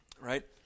right